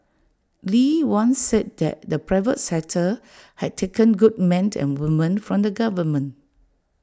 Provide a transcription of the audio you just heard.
lee once said that the private sector had taken good men and women from the government